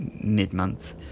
mid-month